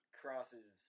crosses